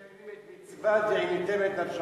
הם מקיימים את מצוות "ועיניתם את נפשותיכם".